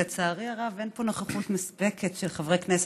ולצערי הרב אין פה נוכחות מספקת של חברי כנסת,